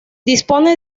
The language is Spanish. dispone